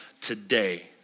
today